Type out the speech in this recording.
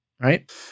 right